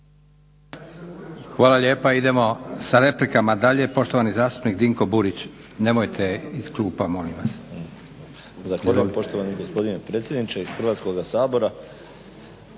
Hvala, idemo sa replikama dalje, poštovani zastupnik Dinko Burić. Nemojte iz klupa molim vas.